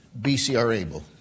BCR-ABLE